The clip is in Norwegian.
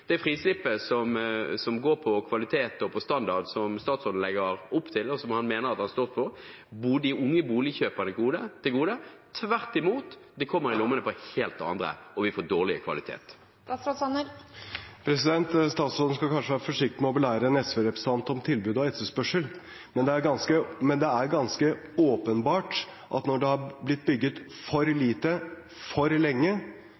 statsråden legger opp til, og som han mener at han står for, de unge boligkjøperne til gode. Tvert imot, det kommer i lommene på helt andre, og vi får dårligere kvalitet. Statsråden skal kanskje være forsiktig med å belære en SV-representant om tilbud og etterspørsel, men det er ganske åpenbart at når det har blitt bygget for lite for lenge,